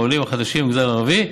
העולים החדשים והמגזר הערבי,